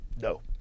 No